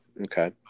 Okay